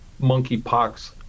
monkeypox